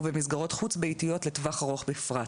ובמסגרות חוץ ביתיות לטווח ארוך בפרט.